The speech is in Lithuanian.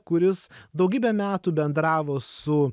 kuris daugybę metų bendravo su